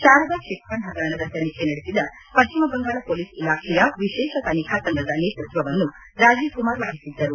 Sharada chit fund ಹಗರಣದ ತನಿಖೆಯನ್ನು ನಡೆಸಿದ ಪಕ್ಲಿಮ ಬಂಗಾಳ ಹೊಲೀಸ್ ಇಲಾಖೆಯ ವಿಶೇಷ ತನಿಖಾ ತಂಡದ ನೇತೃತ್ವವನ್ನು ರಾಜೀವ್ ಕುಮಾರ್ ವಹಿಸಿದ್ದರು